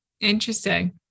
Interesting